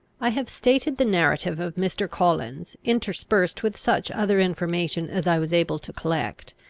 i have stated the narrative of mr. collins, interspersed with such other information as i was able to collect,